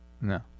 No